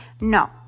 No